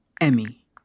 Emmy